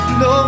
no